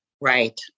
Right